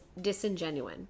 disingenuine